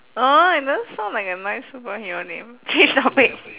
!huh! it doesn't sound like a nice superhero name change topic